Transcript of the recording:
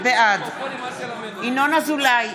בעד ינון אזולאי,